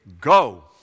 Go